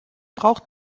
braucht